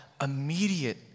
immediate